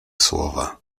słowa